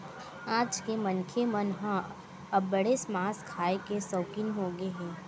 आज के मनखे मन ह अब्बड़ेच मांस खाए के सउकिन होगे हे